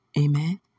Amen